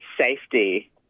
safety